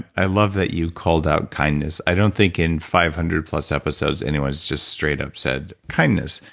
i love that you called out kindness. i don't think in five hundred plus episodes anyone has just straight up said, kindness.